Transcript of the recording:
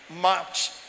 March